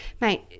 Mate